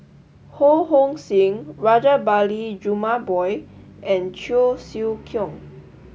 Ho Hong Sing Rajabali Jumabhoy and Cheong Siew Keong